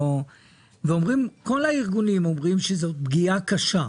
אבל אומרים כל הארגונים שזאת פגיעה קשה,